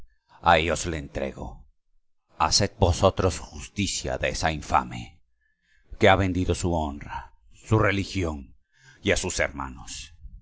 ahí os la entrego haced vosotros justicia de esa infame que ha vendido su honra su religión y a sus hermanos